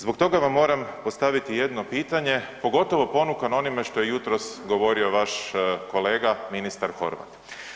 Zbog toga vam moram postaviti jedno pitanje pogotovo ponukan onime što je jutros govorio vaš kolega ministar Horvat.